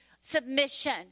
submission